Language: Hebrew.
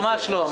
ממש לא.